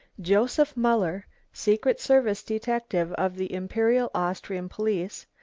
joseph muller, secret service detective of the imperial austrian police,